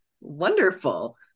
Wonderful